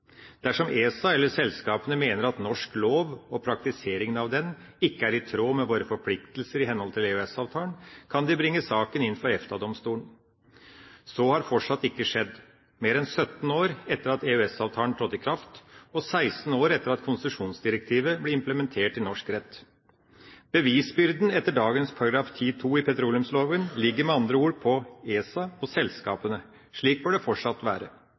Dersom ESA eller selskapene mener at norsk lov og praktiseringen av den ikke er i tråd med våre forpliktelser i henhold til EØS-avtalen, kan de bringe saken inn for EFTA-domstolen. Så har fortsatt ikke skjedd – mer enn 17 år etter at EØS-avtalen trådte i kraft, og 16 år etter at konsesjonsdirektivet ble implementert i norsk rett. Bevisbyrden etter dagens § 10-2 i petroleumsloven ligger med andre ord på ESA og på selskapene. Slik bør det fortsatt være.